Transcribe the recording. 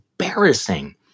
embarrassing